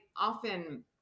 often